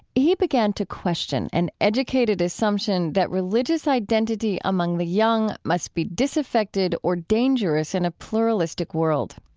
he began to question an educated assumption that religious identity among the young must be disaffected or dangerous in a pluralistic world.